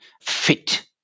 fit